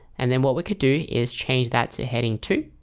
and then what we could do is change that to heading two